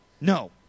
no